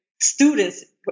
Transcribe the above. students